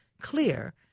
clear